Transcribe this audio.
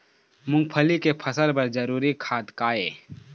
मूंगफली के फसल बर जरूरी खाद का ये?